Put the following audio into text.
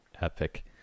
Epic